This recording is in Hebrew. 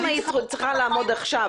אם היית צריכה לעמוד עכשיו,